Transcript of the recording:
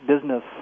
business